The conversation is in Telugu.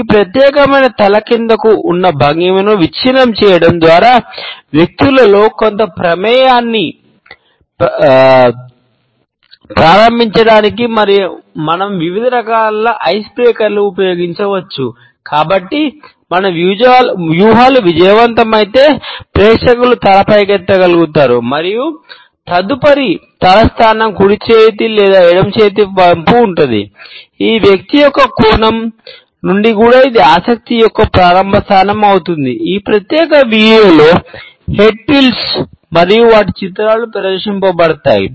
ఈ ప్రత్యేకమైన తల కిందకు ఉన్న భంగిమను విచ్ఛిన్నం చేయడం ద్వారా వ్యక్తిలో కొంత ప్రమేయాన్ని ప్రారంభించడానికి మనం వివిధ రకాల ఐస్బ్రేకర్లను హెడ్ టిల్ట్స్ మరియు వాటి చిత్రాలు ప్రదర్శించబడ్డాయి